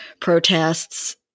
protests